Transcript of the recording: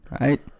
Right